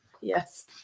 Yes